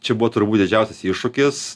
čia buvo turbūt didžiausias iššūkis